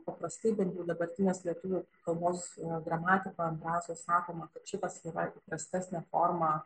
paprastai bent jau dabartinės lietuvių kalbos gramatikoje ambrazo sakoma kad šitas yra įprastesnė formė